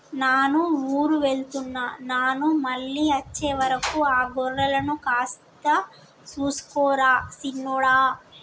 నాను ఊరు వెళ్తున్న నాను మళ్ళీ అచ్చే వరకు ఆ గొర్రెలను కాస్త సూసుకో రా సిన్నోడా